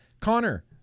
Connor